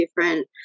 different